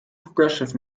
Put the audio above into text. progressive